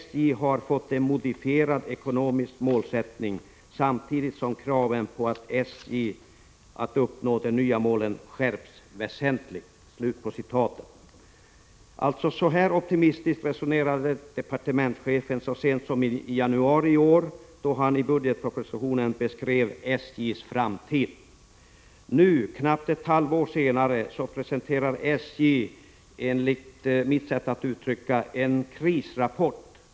SJ har fått en modifierad ekonomisk målsättning samtidigt som kraven på SJ att uppnå de nya målen skärpts väsentligt.” Så optimistiskt resonerade alltså departementschefen så sent som i januari i år, då han i budgetpropositionen beskrev SJ:s framtid. Nu, knappt ett halvår senare, presenterar SJ — enligt mitt sätt att uttrycka det—en krisrapport.